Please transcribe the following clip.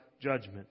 judgment